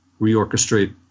reorchestrate